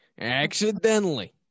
accidentally